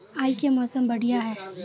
आय के मौसम बढ़िया है?